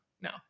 no